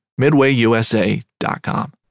MidwayUSA.com